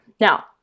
now